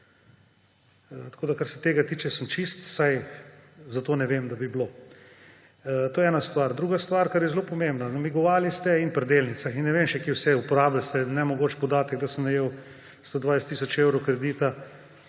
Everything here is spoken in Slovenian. Tako da kar se tega tiče, sem čist. Vsaj za to ne vem, da bi bilo. To je ena stvar. Druga stvar, ki je zelo pomembna. Namigovali ste pri delnicah in ne vem, kje še vse, uporabili ste nemogoč podatek, da sem najel 120 tisoč evrov kredita